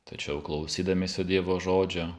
tačiau klausydamiesi dievo žodžio